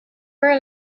were